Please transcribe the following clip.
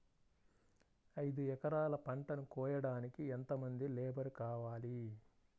ఐదు ఎకరాల పంటను కోయడానికి యెంత మంది లేబరు కావాలి?